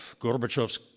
Gorbachev's